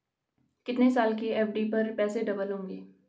कितने साल की एफ.डी पर पैसे डबल होंगे?